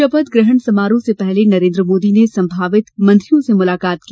शपथग्रहण समारोह से पहले नरेन्द्र मोदी ने संभावित मंत्रियों से मुलाकात की